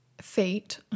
fate